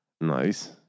Nice